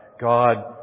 God